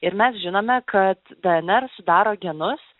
ir mes žinome kad dnr sudaro genus